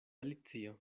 alicio